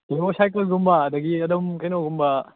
hero ꯁꯥꯏꯀꯜꯒꯨꯝꯕ ꯑꯗꯒꯤ ꯑꯗꯨꯝ ꯀꯩꯅꯣꯒꯨꯝꯕ